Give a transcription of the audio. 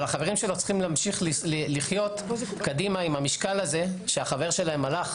אבל החברים שלו צריכים להמשיך לחיות קדימה עם המשקל הזה שהחבר שלהם הלך,